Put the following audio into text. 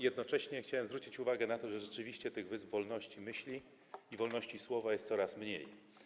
Jednocześnie chciałem zwrócić uwagę na to, że rzeczywiście tych wysp wolności myśli i wolności słowa jest coraz mniej.